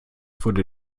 wurde